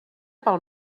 pel